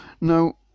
Now